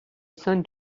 son